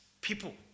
people